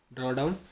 Drawdown